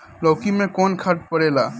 लौकी में कौन खाद पड़ेला?